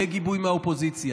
יהיה גיבוי מהאופוזיציה.